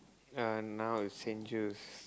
ah now is